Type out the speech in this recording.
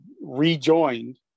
rejoined